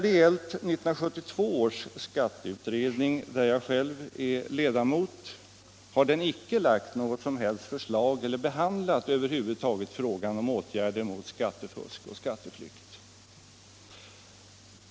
1972 års skatteutredning, av vilken jag själv är ledamot, har över huvud taget inte behandlat frågan om åtgärder mot skattefusk och skatteflykt och har inte framlagt något som helst förslag i detta avseende.